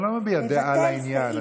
אני לא מביע דעה על העניין,